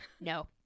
No